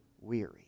weary